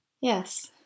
yes